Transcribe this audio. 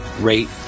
rate